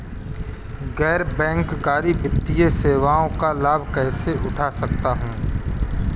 गैर बैंककारी वित्तीय सेवाओं का लाभ कैसे उठा सकता हूँ?